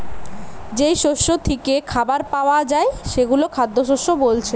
যেই শস্য থিকে খাবার পায়া যায় সেগুলো খাদ্যশস্য বোলছে